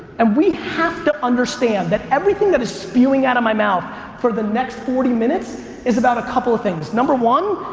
and we have to understand that everything that is spewing out of my mouth for the next forty minutes is about a couple things. number one,